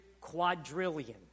quadrillion